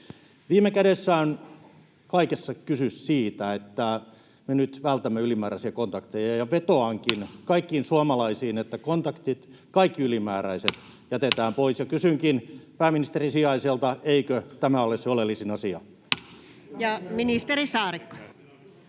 Viime kädessä on kaikessa kysymys siitä, että me nyt vältämme ylimääräisiä kontakteja, ja vetoankin kaikkiin suomalaisiin, että kontaktit, kaikki ylimääräiset, jätetään pois, ja kysynkin pääministerin sijaiselta: eikö tämä ole se oleellisin asia? Ja ministeri Saarikko.